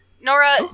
Nora